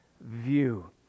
view